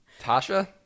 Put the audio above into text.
Tasha